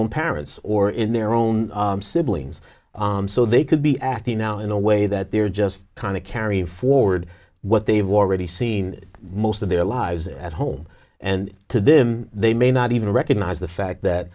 own parents or in their own siblings so they could be acting now in a way that they're just kind of carrying forward what they've already seen most of their lives at home and to them they may not even recognize the fact that